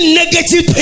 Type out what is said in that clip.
negative